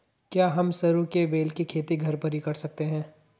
क्या हम सरू के बेल की खेती घर पर ही कर सकते हैं?